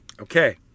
Okay